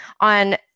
on